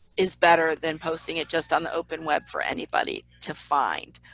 is better than posting it just on the open web for anybody to find.